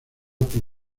por